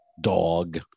dog